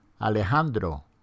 Alejandro